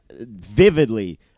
vividly